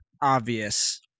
obvious